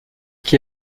qui